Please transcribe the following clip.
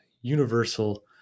universal